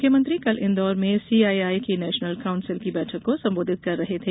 मुख्यमंत्री कल इंदौर में सीआईआई की नेशनल काउंसिल की बैठक को संबोधित कर रहे थे